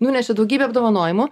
nunešė daugybę apdovanojimų